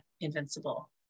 invincible